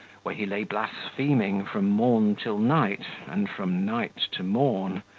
where he lay blaspheming from morn to night, and from night to morn,